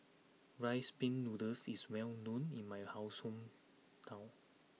Rice Pin Noodles is well known in my house hometown